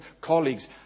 colleagues